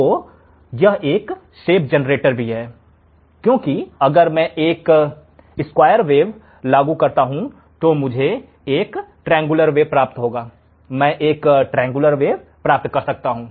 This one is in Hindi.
तो यह एक शेप जनरेटर भी है क्योंकि अगर मैं एक स्क्वायर वेव लागू करता हूं तो मुझे एक ट्रायंगल वेव प्राप्त होगा मैं एक ट्रायंगल वेव प्राप्त कर सकता हूं